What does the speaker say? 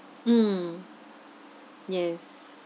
mm yes